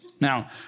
Now